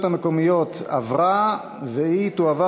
המקומיות (מימון בחירות) (תיקון מס' 11)